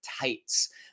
tights